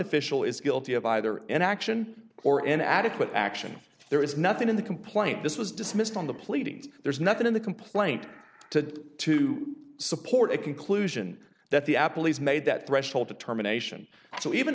official is guilty of either an action or an adequate action there is nothing in the complaint this was dismissed on the pleadings there's nothing in the complaint to to support a conclusion that the apple has made that threshold determination so even